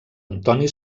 antoni